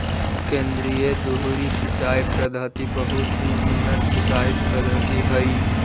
केन्द्रीय धुरी सिंचाई पद्धति बहुत ही उन्नत सिंचाई पद्धति हइ